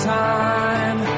time